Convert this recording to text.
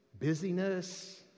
Busyness